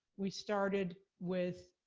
we started with